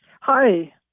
Hi